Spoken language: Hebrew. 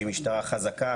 שהיא משטרה חזקה,